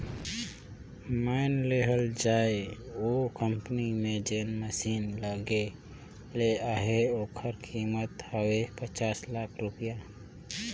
माएन लेहल जाए ओ कंपनी में जेन मसीन लगे ले अहे ओकर कीमेत हवे पाच लाख रूपिया